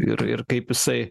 ir ir kaip jisai